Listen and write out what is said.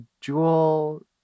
Jewel